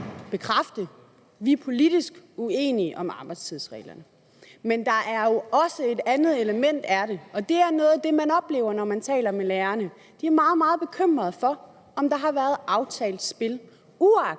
Vi er politisk uenige om arbejdstidsreglerne. Men der er jo også et andet element, og det er noget af det, man oplever, når man taler med lærerne. De er meget, meget bekymret for, at der har været aftalt spil,